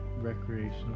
recreational